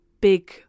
big